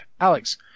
Alex